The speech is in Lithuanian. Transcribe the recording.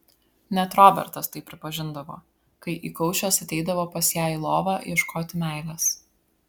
net robertas tai pripažindavo kai įkaušęs ateidavo pas ją į lovą ieškoti meilės